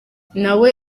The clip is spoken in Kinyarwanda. nawe